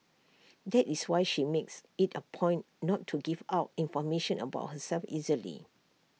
that is why she makes IT A point not to give out information about herself easily